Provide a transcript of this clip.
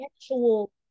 actual